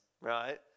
right